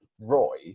Roy